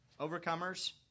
Overcomers